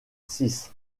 six